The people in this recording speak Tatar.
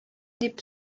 дип